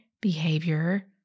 behavior